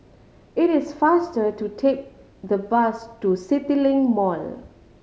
it is faster to take the bus to CityLink Mall